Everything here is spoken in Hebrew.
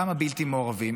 למה בלתי מעורבים?